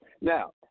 Now